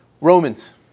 Romans